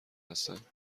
هستند